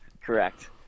Correct